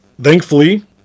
thankfully